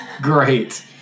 Great